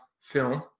film